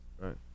Right